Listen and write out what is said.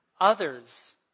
Others